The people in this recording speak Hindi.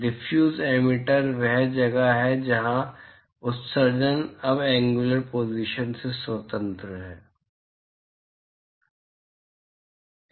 डिफ्यूज एमिटर वह जगह है जहां उत्सर्जन अब एंग्युलर पोज़िशन से स्वतंत्र है फजी क्या होगा